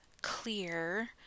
clear